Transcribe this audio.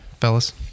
fellas